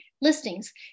listings